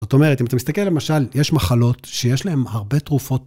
זאת אומרת, אם אתה מסתכל למשל, יש מחלות שיש להן הרבה תרופות.